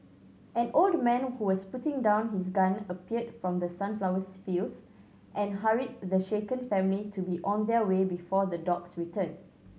an old man who was putting down his gun appeared from the sunflowers fields and hurried the shaken family to be on their way before the dogs return